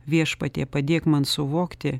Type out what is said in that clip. viešpatie padėk man suvokti